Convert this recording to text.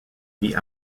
vit